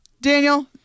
Daniel